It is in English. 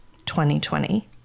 2020